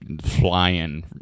flying